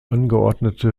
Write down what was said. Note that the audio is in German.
angeordnete